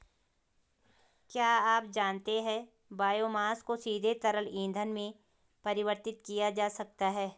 क्या आप जानते है बायोमास को सीधे तरल ईंधन में परिवर्तित किया जा सकता है?